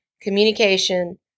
communication